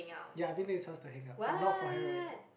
ya I have been to his house to hangout but not for Hari-Raya